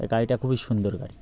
এ গাড়িটা খুবই সুন্দর গাড়ি